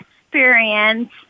experience